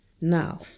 now